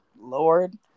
Lord